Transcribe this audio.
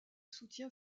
soutien